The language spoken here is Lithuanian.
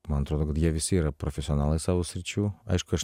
man atrodo kad jie visi yra profesionalai savo sričių aišku aš